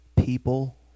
People